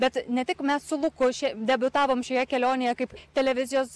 bet ne tik mes su luku šia debiutavom šioje kelionėje kaip televizijos